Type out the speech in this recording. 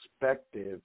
perspective